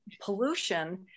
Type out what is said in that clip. pollution